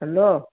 hello